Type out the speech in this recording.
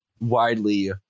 widely